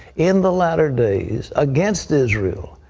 in the latter days, against israel.